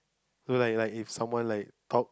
like like if someone like talk